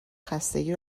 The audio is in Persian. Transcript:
خستگی